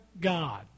God